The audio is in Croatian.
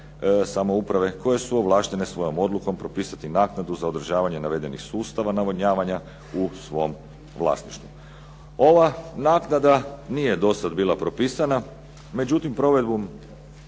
samouprave koje su ovlaštene svojom odlukom propisati naknadu za održavanje navedenih sustava navodnjavanja u svom vlasništvu. Ova naknada nije dosad bila propisana međutim provedbom